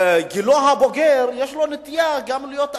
בגילו הבוגר יש לו נטייה גם להיות אלים.